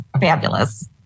fabulous